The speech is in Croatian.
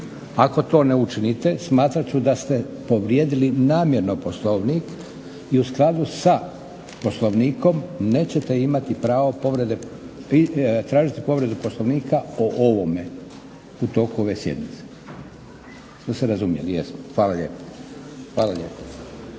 Ako to ne učinite smatrat ću da ste povrijedili namjerno poslovnik i u skladu sa poslovnikom nećete imati pravo povrede, tražiti povredu poslovnika o ovome u toku ove sjednice. Jesmo se razumjeli? Jesmo. Hvala lijepo.